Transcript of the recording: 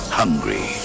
hungry